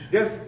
Yes